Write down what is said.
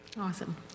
Awesome